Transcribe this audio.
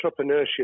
entrepreneurship